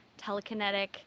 telekinetic